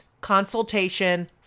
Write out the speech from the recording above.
consultation